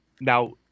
Now